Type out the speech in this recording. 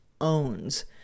owns